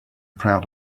proud